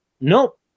nope